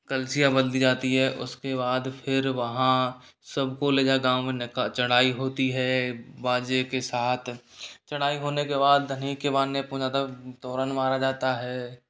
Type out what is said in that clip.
कलसिया बंधी जाती है उसके बाद फिर वहाँ सबको ले जा गाँव में चढ़ाई होती है बाजे के साथ चढ़ाई होने के बाद तोरन बाँधा जाता है